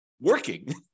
working